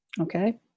okay